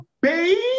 baby